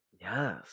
Yes